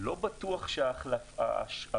אני נשיא התאחדות המלאכה והתעשייה.